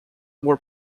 were